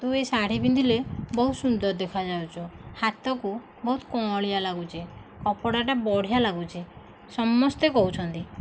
ତୁ ଏ ଶାଢ଼ୀ ପିନ୍ଧିଲେ ବହୁତ ସୁନ୍ଦର ଦେଖାଯାଉଛୁ ହାତକୁ ବହୁତ କଅଁଳିଆ ଲାଗୁଛି କପଡ଼ାଟା ବଢ଼ିଆ ଲାଗୁଛି ସମସ୍ତେ କହୁଛନ୍ତି